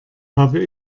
habe